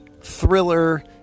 thriller